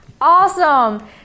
Awesome